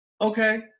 Okay